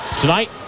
Tonight